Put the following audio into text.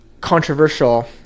controversial